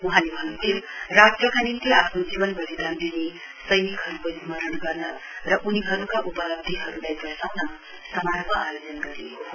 वहाँले भन्न्भयो राष्ट्रको निम्ति आफ्नो जीवन वलिदान दिने सैनिकहरुको स्मरण गर्न र उनीहरुका उपलब्धीहरुलाई दर्शाउने समारोह आयोजन गरिएको हो